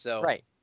Right